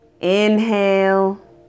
Inhale